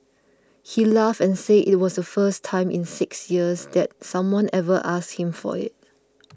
he laughed and said it was the first time in six years that someone ever asked him for it